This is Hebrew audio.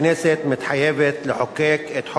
הכנסת מתחייבת לחוקק את חוק-יסוד: